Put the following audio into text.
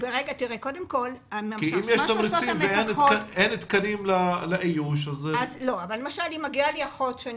כי אם יש תמריצים ואין תקנים לאיוש אז --- אם מגיעה לי אחות ואני